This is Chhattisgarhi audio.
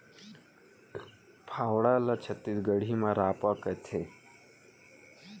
फावड़ा ल छत्तीसगढ़ी म रॉंपा कथें